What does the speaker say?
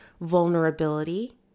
vulnerability